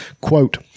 quote